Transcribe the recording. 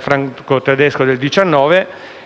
franco-tedesco di